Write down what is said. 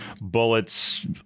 bullets